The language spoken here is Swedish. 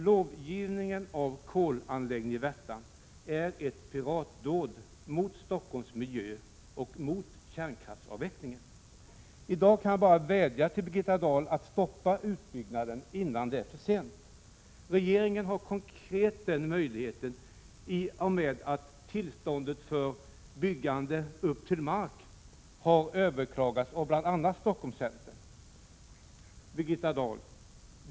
Lovgivningen av kolanläggningen i Värtan är ett piratdåd mot Stockholms miljö och mot kärnkraftsavvecklingen. I dag kan jag bara vädja till Birgitta Dahl att stoppa utbyggnaden, innan det är för sent. Regeringen har konkret den möjligheten i och med att tillståndet för byggande upp till mark har överklagats av bl.a. Stockholmscentern. Birgitta Dahl!